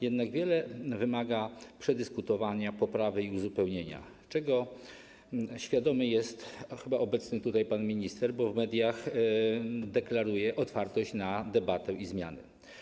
Jednak wiele kwestii wymaga przedyskutowania, poprawy i uzupełnienia, czego świadomy jest chyba obecny tutaj pan minister, bo w mediach deklaruje otwartość na debatę i zmiany.